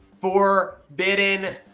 Forbidden